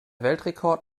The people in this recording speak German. weltrekord